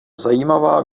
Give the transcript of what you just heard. zajímavá